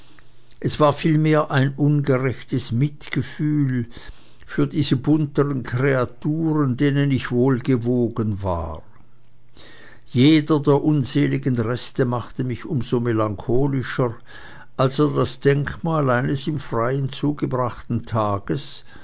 es war vielmehr ein ungerechtes mitgefühl für diese bunteren kreaturen denen ich wohlgewogen war jeder der unseligen reste machte mich um so melancholischer als er das denkmal eines im freien zugebrachten tages